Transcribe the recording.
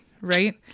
right